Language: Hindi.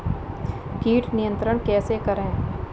कीट नियंत्रण कैसे करें?